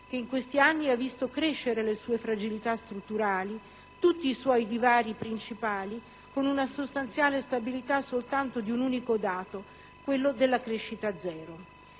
che in questi anni ha visto crescere le sue fragilità strutturali e tutti i suoi divari principali con una sostanziale stabilità soltanto di un unico dato, quello della crescita zero.